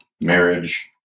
marriage